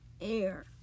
air